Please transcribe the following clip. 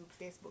Facebook